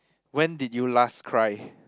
when did you last cry